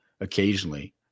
Occasionally